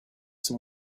some